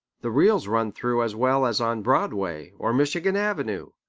the reels run through as well as on broadway or michigan avenue,